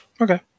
Okay